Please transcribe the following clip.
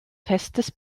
festes